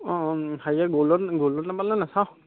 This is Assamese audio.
অঁ হেৰিয়াত গল্ডত গল্ডত নাপালে নাচাওঁ